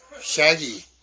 Shaggy